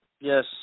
yes